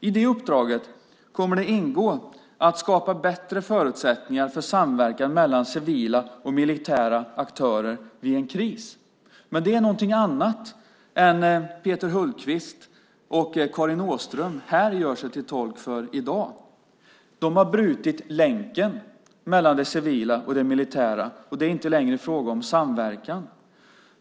I det uppdraget kommer det att ingå att skapa bättre förutsättningar för samverkan mellan civila och militära aktörer vid en kris. Men det är något annat än det Peter Hultqvist och Karin Åström gör sig till tolk för här i dag. De har brutit länken mellan det civila och det militära. Det är inte längre fråga om samverkan.